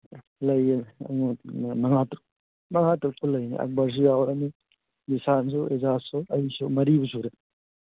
ꯂꯩꯌꯦ ꯃꯉꯥ ꯇꯔꯨꯛ ꯃꯉꯥ ꯇꯔꯨꯛꯇꯤ ꯂꯩꯅꯤ ꯑꯛꯕꯔꯁꯨ ꯌꯥꯎꯔꯅꯤ ꯚꯤꯁꯥꯟꯁꯨ ꯔꯣꯖꯥꯁꯨ ꯑꯩꯁꯨ ꯃꯔꯤꯕꯨ ꯁꯨꯔꯦ